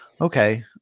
okay